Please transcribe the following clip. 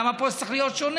למה פה זה צריך להיות שונה?